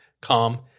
calm